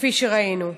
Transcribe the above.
כפי שראינו.